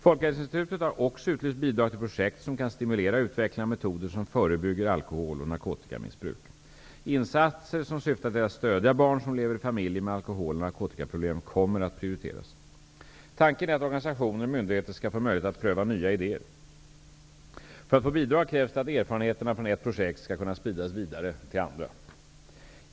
Folkhälsoinstitutet har också utlyst bidrag till projekt som kan stimulera utvecklingen av metoder som förebygger alkohol och narkotikamissbruk. Insatser som syftar till att stödja barn som lever i familjer med alkohol och narkotikaproblem kommer att prioriteras. Tanken är att organisationer och myndigheter skall få möjlighet att pröva nya idéer. För att få bidrag krävs det att erfarenheterna från ett projekt skall kunna spridas vidare till andra.